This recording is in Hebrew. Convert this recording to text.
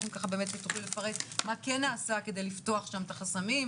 באמת אם תוכלי לפרט מה כן נעשה כדי לפתוח שם את החסמים,